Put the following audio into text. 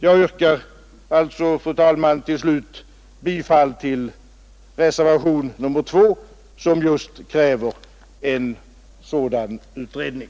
Jag yrkar alltså, fru talman, bifall till reservationen A 2 som just kräver en sådan utredning.